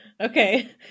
okay